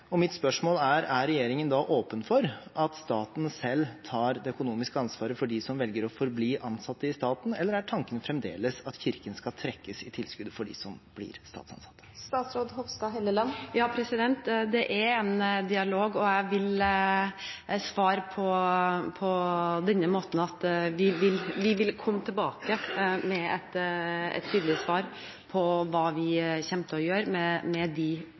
og mitt spørsmål er: Er regjeringen da åpen for at staten selv tar det økonomiske ansvaret for dem som velger å forbli ansatte i staten, eller er tanken fremdeles at Kirken skal trekkes i tilskuddet for dem som forblir statsansatte? Det er en dialog, og jeg vil svare på denne måten: Vi vil komme tilbake med et tydelig svar på hva vi kommer til å gjøre med de